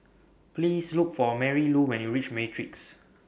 Please Look For Marylou when YOU REACH Matrix